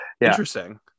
Interesting